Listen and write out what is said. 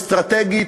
אסטרטגית,